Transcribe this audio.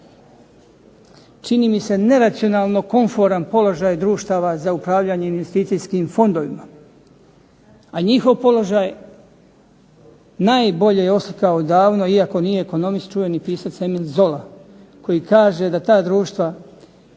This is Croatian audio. čini mi se neracionalno komforan položaj društava za upravljanje investicijskim fondovima. A njihov položaj najbolje je oslikao davno iako nije ekonomist čuveni pisac Emile Zola koji kaže da ta društva